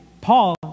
Paul